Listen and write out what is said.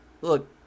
Look